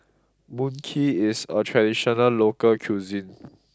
Mui Kee is a traditional local cuisine